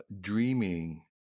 dreaming